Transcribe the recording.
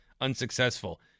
unsuccessful